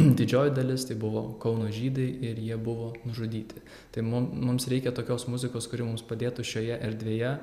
didžioji dalis tai buvo kauno žydai ir jie buvo nužudyti tai mum mums reikia tokios muzikos kuri mums padėtų šioje erdvėje